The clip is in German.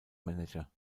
manager